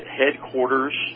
headquarters